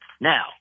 Now